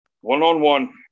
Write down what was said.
One-on-one